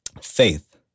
Faith